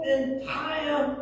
entire